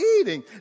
eating